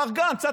מר גנץ,